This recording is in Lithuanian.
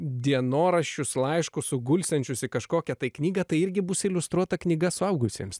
dienoraščius laiškus sugulsiančius į kažkokią tai knygą tai irgi bus iliustruota knyga suaugusiems